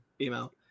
*Email*